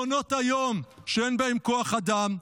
מעונות היום, שאין בהם כוח אדם,